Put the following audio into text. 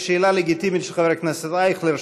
יש שאלה לגיטימית של חבר הכנסת אייכלר,